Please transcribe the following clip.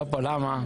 טופו, למה?